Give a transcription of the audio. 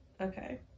okay